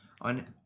on